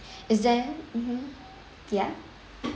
is there mmhmm ya